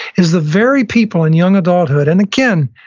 is the very people in young adulthood and, again,